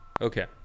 okay